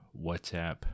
WhatsApp